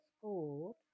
school